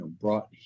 brought